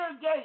gate